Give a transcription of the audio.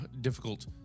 difficult